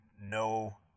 no